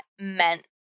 meant